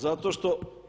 Zato što